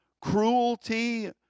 Cruelty